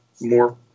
more